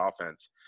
offense